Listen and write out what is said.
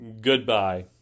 goodbye